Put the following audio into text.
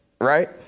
right